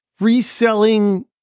reselling